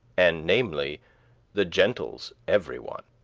and namely the gentles every one.